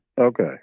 Okay